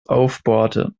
aufbohrte